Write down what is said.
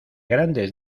grandes